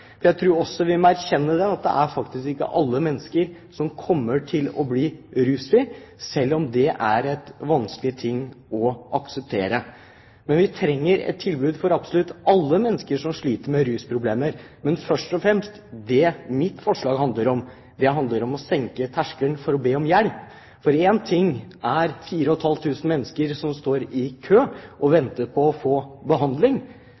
rusfri. Jeg tror også vi må erkjenne at det faktisk ikke er alle mennesker som kommer til å bli rusfrie, selv om det er vanskelig å akseptere. Vi trenger et tilbud for absolutt alle mennesker som sliter med rusproblemer, men først og fremst handler mitt forslag om å senke terskelen for å be om hjelp. For én ting er at 4 500 mennesker står i kø og venter på å få behandling,